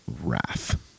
wrath